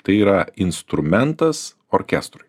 tai yra instrumentas orkestrui